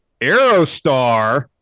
Aerostar